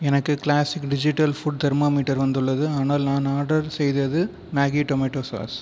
எனக்கு classic digital food thermometer வந்துள்ளது ஆனால் நான் ஆர்டர் செய்தது மேகி டொமேட்டோ சாஸ்